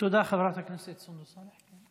תודה, חברת הכנסת סונדוס סאלח.